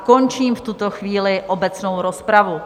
Končím v tuto chvíli obecnou rozpravu.